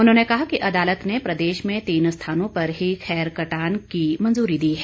उन्होंने कहा कि अदालत ने प्रदेश में तीन स्थानों पर ही खैर कटान की मंजूरी दी है